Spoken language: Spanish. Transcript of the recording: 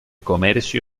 comercio